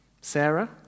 Sarah